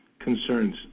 concerns